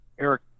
Eric